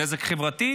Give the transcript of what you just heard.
נזק חברתי,